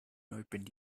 opened